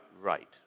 right